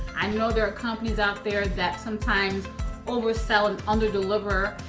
i know there are companies out there that sometimes oversell and under deliver,